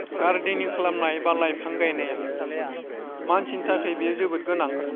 गारदेनिं खालामनाय एबा लाइफां गायनाया मानसिनि थाखाय बेयो जोबोद गोनां